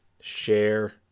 share